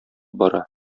бара